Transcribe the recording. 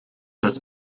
das